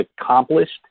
accomplished